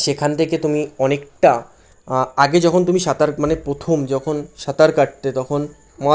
সেখান থেকে তুমি অনেকটা আগে যখন তুমি সাঁতার মানে প্রথম যখন সাঁতার কাটতে তখন